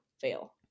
fail